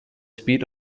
speed